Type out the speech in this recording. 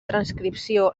transcripció